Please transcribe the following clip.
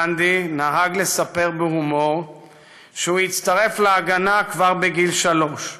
גנדי נהג לספר בהומור שהוא הצטרף להגנה כבר בגיל שלוש,